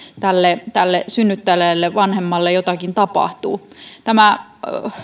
tälle tälle synnyttäneelle vanhemmalle jotakin tapahtuu tämä